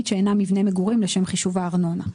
שאינם מבני מגורים לשם חישוב הארנונה.